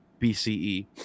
BCE